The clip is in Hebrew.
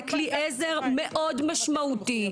זה כלי עזר מאוד משמעותי,